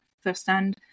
firsthand